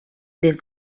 des